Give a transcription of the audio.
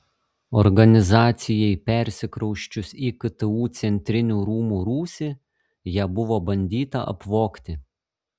organizacijai persikrausčius į ktu centrinių rūmų rūsį ją buvo bandyta apvogti